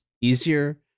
easier